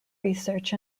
research